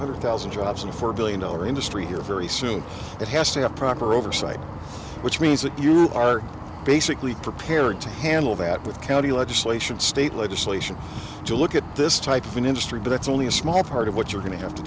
hundred thousand jobs and four billion dollar industry here very soon it has to have proper oversight which means that you are basically prepared to handle that with county legislation state legislation to look at this type of an industry but it's only a small part of what you're going to have to